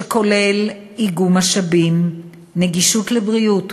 שכולל איגום משאבים, נגישות לבריאות,